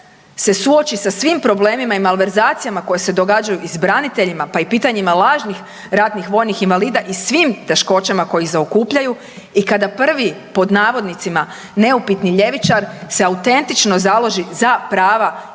se suoči sa svim problemima i malverzacijama koje se događaju i s braniteljima, pa i pitanjima lažnih ratnih vojnih invalida i svim teškoćama koje ih zaokupljaju i kada prvi pod navodnicima neupitni ljevičar se autentično založi za prava